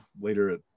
Later